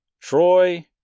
Troy